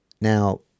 Now